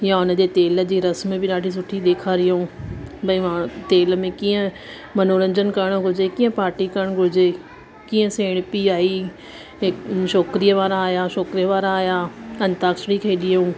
या हुनजे तेल जी रस्म बि ॾाढी सुठी ॾेखारियऊं भाई माण्हू तेल में कीअं मनोरंजन करण घुर्जे कीअं पार्टी करण घुर्जे कीअं सेण पीउ आई हिक छोकिरीअ वारा आया छोकिरे वारा आया अंताक्षरी खेॾियऊं